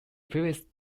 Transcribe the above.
previous